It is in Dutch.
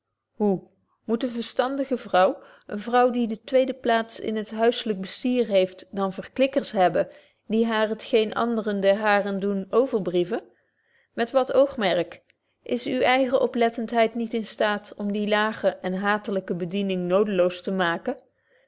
hoe moet eene verstandige vrouw eene vrouw die de tweede plaats in het huiselyk bestier heeft dan verklikkers hebben die haar het geen anderen der haren doen overbrieven met wat oogmerk is uwe eigen oplettenheid niet in staat om die lage en haatlyke bediening nodeloos te maken